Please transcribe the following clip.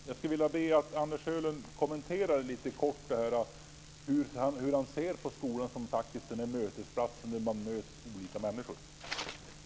Jag skulle vilja be Anders Sjölund att kommentera det kort och tala om hur han ser på skolan som en mötesplats, där olika människor möts.